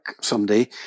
someday